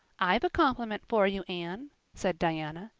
i've a compliment for you, anne, said diana.